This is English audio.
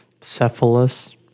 cephalus